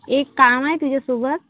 एक काम आहे तुझ्यासोबत